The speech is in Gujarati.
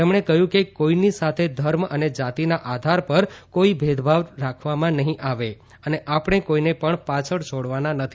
તેમણે કહ્યું કે કોઈની સાથે ધર્મ અને જાતિના આધાર પર કોઈ ભેદભાવ નહી રાખવામાં આવે અને આપણે કોઈને પણ પાછળ છોડવાના નથી